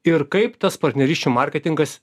ir kaip tas partnerysčių marketingas